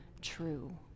true